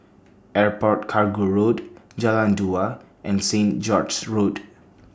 Airport Cargo Road Jalan Dua and Saint George's Road